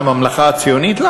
על ממלכה ציונית?